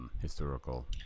historical